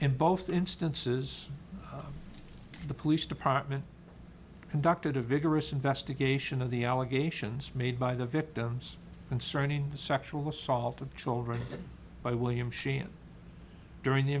in both instances the police department conducted a vigorous investigation of the allegations made by the victims concerning the sexual assault of children by william sheen during the